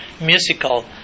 musical